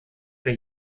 der